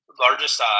largest –